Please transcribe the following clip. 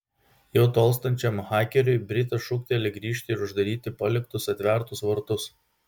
jau tolstančiam hakeriui britas šūkteli grįžti ir uždaryti paliktus atvertus vartus